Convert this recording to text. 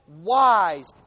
wise